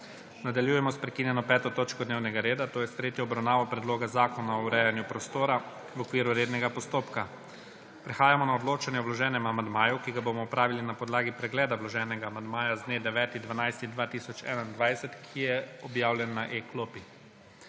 Nadaljujemo s prekinjeno 5. točko dnevnega reda – s tretjo obravnavo Predloga zakona o urejanju prostora, v okviru rednega postopka. Prehajamo na odločanje o vloženem amandmaju, ki ga bomo opravili na podlagi pregleda vloženega amandmaja z dne 9. 12. 2021, ki je objavljen na e-klopi.